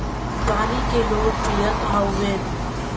पानी के लोग पियत हउवन